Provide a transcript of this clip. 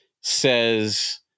says